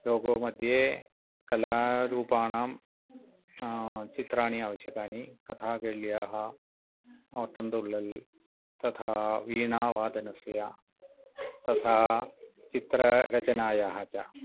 logo मध्ये कलारूपाणां चित्राणि आवश्यकानि कथाकैल्याः टन्दुल्लल् तथा वीणावादनस्य तथा चित्ररचनायाः च